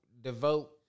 devote